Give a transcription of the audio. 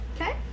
okay